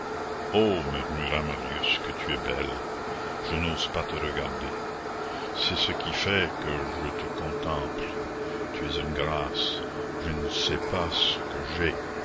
oh murmurait marius que tu es belle je n'ose pas te regarder c'est ce qui fait que je te contemple tu es une grâce je ne sais pas ce que j'ai